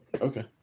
Okay